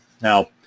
Now